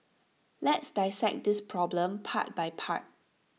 let's dissect this problem part by part